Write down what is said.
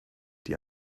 die